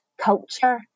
culture